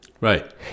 Right